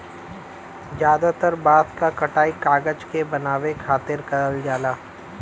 जादातर बांस क कटाई कागज के बनावे खातिर करल जाला